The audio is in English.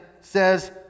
says